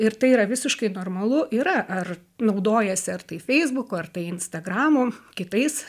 ir tai yra visiškai normalu yra ar naudojasi ar tai feisbuku ar tai instagramu kitais